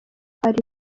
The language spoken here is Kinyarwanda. ari